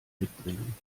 mitbringen